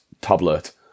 tablet